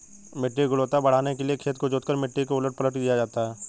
मिट्टी की गुणवत्ता बढ़ाने के लिए खेत को जोतकर मिट्टी को उलट पलट दिया जाता है